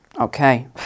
okay